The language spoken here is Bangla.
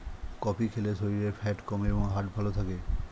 কফি খেলে শরীরের ফ্যাট কমে এবং হার্ট ভালো থাকে